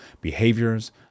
behaviors